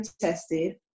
tested